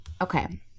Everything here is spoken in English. Okay